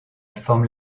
forme